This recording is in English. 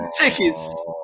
tickets